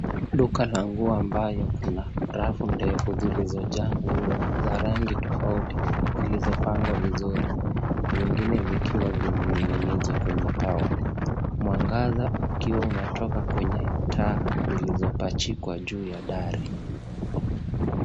Duka la nguo ambayo kuna rafu ndefu zilizojaa nguo za rangi tofauti zilizopangwa vizuri, zingine zikiwa zimening'inizwa kwenye kao. Mwangaza ukiwa unatoka kwenye taa zilizopachikwa juu ya dari.